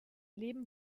leben